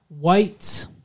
White